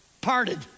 parted